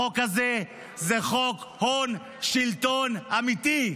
החוק הזה הוא חוק הון-שלטון אמיתי.